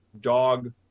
dog